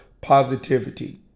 positivity